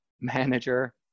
manager